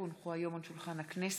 כי הונחה היום על שולחן הכנסת,